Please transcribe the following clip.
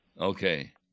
Okay